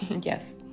Yes